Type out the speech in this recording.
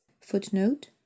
Footnote